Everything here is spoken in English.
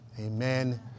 amen